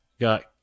got